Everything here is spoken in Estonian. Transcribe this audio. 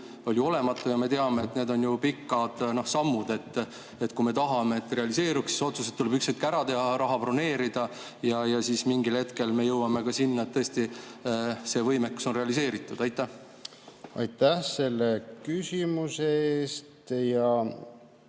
oli olematu ja me teame, et need on ju pikad sammud. Kui me tahame, et see realiseeruks, siis otsused tuleb ükskord ära teha, raha broneerida ja siis mingil hetkel me jõuame ka sinna, et tõesti see võimekus on realiseeritud. Aitäh selle küsimuse eest! Ja